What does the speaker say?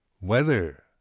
Weather